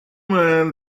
man